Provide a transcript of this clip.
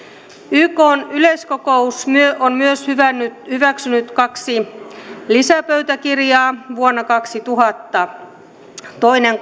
ykn yleiskokous on myös hyväksynyt kaksi lisäpöytäkirjaa vuonna kaksituhatta toinen